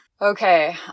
Okay